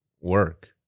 work